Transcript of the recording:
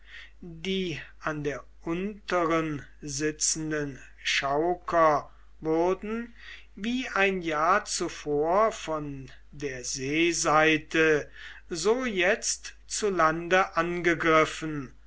die an der unteren sitzenden chauker wurden wie ein jahr zuvor von der seeseite so jetzt zu lande angegriffen